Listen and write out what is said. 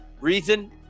Reason